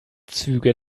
züge